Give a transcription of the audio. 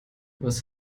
was